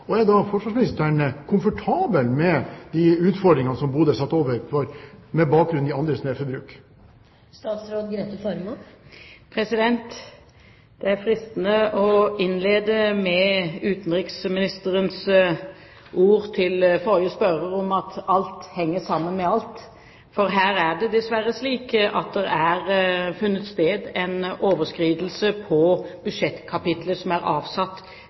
Er da forsvarsministeren komfortabel med de utfordringene som Bodø er blitt stilt overfor, med bakgrunn i andres merforbruk? Det er fristende å innlede med utenriksministerens ord til forrige spørrer om at alt henger sammen med alt, for her er det dessverre slik at det har funnet sted en overskridelse på budsjettkapitlet som er avsatt